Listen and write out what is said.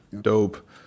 dope